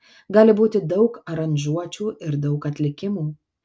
gali būti daug aranžuočių ir daug atlikimų